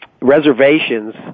reservations